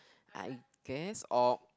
I guess or